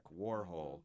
Warhol